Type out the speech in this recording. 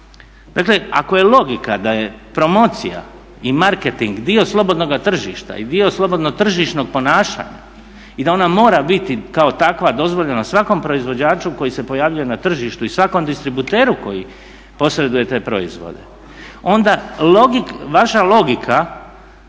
Dakle ako je logika da je promocija i marketing dio slobodnoga tržišta i dio slobodno tržišnog ponašanja i da ona mora biti kao takva dozvoljena svakom proizvođaču koji se pojavljuje na tržištu i svakom distributeru koji posreduje te proizvode onda vaša logika